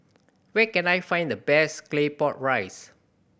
where can I find the best Claypot Rice